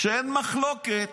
ואין מחלוקת